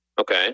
Okay